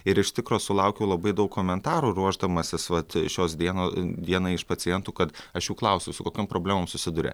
ir iš tikro sulaukiau labai daug komentarų ruošdamasis vat šios dieno dieną iš pacientų kad aš jų klausiu su kokiom problemom susiduria